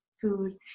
food